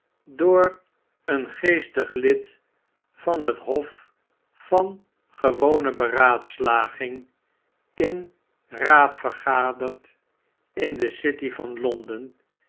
door een geestig lid van het hof van gewone beraadslaging in raad vergaderd in de city van londen